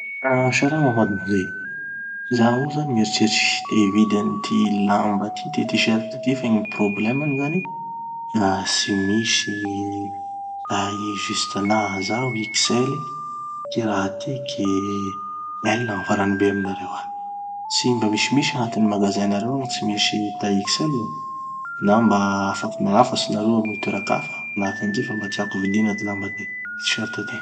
Ah salama mademoiselle! Zaho io zany mieritrerity te hividy any ty lamba ty, ty t-shirt ty fe gny problemany zany, ah tsy misy gny, ah juste anaha. Zaho XL, ty raha tiky, L gny farany be aminareo ato. Tsy mba misimisy agnatin'ny magasin nareo agny, tsy mba misy taille XL? na mba afaky magnafatsy nareo amy toera-kafa manahaky anizay fa mba tiako ho vidina ty lamba ty, ty t-shirt ty.